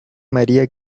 maría